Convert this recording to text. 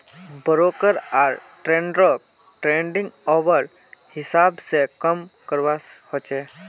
broker आर ट्रेडररोक trading hour हिसाब से काम करवा होचे